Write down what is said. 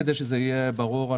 כדי שיהיה ברור,